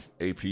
AP